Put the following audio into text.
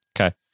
Okay